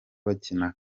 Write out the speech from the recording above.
bakina